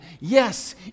Yes